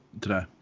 today